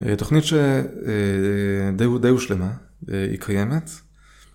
תוכנית ש... די הושלמה, היא קיימת,